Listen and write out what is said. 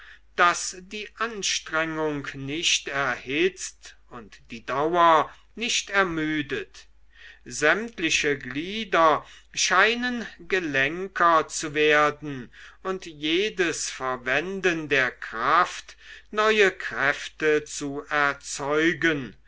daß die anstrengung nicht erhitzt und die dauer nicht ermüdet sämtliche glieder scheinen gelenker zu werden und jedes verwenden der kraft neue kräfte zu erzeugen